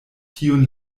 tiun